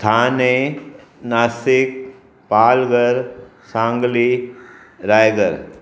Thane Nashik Palghar Sangli Raigad